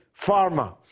Pharma